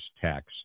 tax